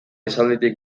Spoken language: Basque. esalditik